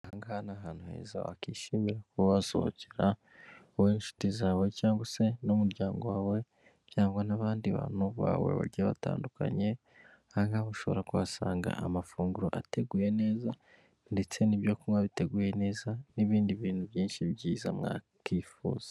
Aha ngaha ni ahantu heza wakwishimira kuba wasohokera wowe n'inshuti zawe cyangwa se n'umuryango wawe cyangwa n'abandi bantu bawe bagiye batandukanye. Aha ngaha ushobora kuhasanga amafunguro ateguye neza ndetse n'ibyokunywa biteguye neza n'ibindi bintu byinshi byiza mwakwifuza.